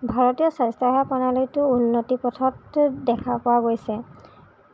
ভাৰতীয় স্বাস্থ্য় সেৱা প্ৰণালীটো উন্নতিৰ পথত দেখা পোৱা গৈছে